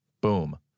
boom